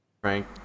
Frank